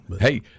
Hey